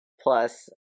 plus